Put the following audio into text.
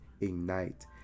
ignite